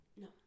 No